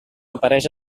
apareix